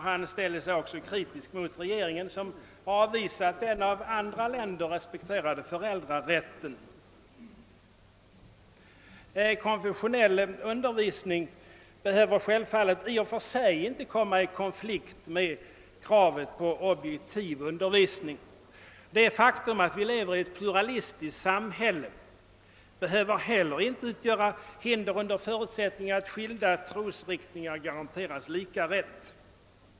Han ställde sig också kritisk mot att regeringen avvisat den av andra länder respekterade föräldrarätten. Konfessionell undervisning behöver självfallet i och för sig inte komma i konflikt med kravet på objektiv undervisning. Det faktum att vi lever i ett pluralistiskt samhälle behöver inte heller utgöra hinder under förutsättning att skilda trosriktningar garanteras lika rätt.